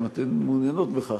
אם אתן מעוניינות בכך,